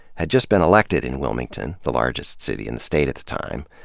has just been elected in wilmington, the largest city in the state at the time.